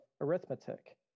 arithmetic